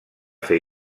fer